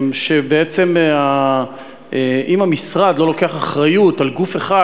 שבעצם אם המשרד לא לוקח אחריות על גוף אחד,